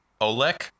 Olek